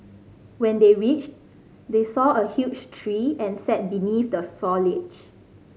when they reached they saw a huge tree and sat beneath the foliage